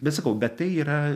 bet sakau bet tai yra